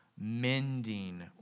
mending